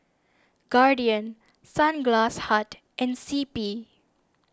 Guardian Sunglass Hut and C P